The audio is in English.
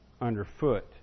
underfoot